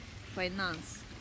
finance